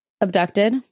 abducted